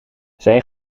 zij